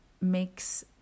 makes